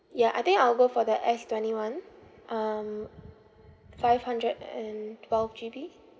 ya I think I will go for that S twenty one um five hundred and twelve G_B